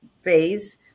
phase